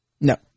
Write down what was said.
No